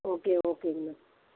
okay ஓகேங்க